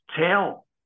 tell